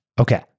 Okay